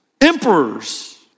emperors